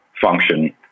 function